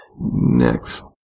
next